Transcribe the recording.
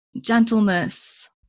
gentleness